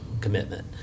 commitment